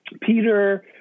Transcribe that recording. Peter